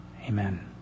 Amen